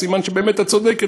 סימן שבאמת את צודקת,